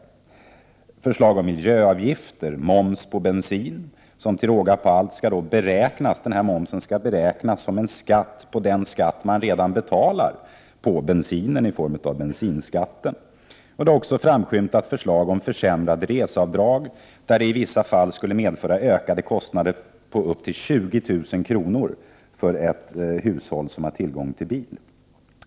Förslag har framlagts om miljöavgifter och om moms på bensin, som till råga på allt skall beräknas som en skatt på den skatt man redan betalar, nämligen bensinskatten. Det har också framskymtat förslag om en försämring av reseavdragen, som i vissa fall skulle medföra ökade kostnader på upp till 20 000 kr. för ett hushåll som har tillgång till bil.